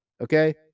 okay